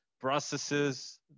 processes